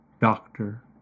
doctor